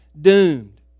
doomed